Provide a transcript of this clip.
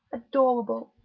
adorable,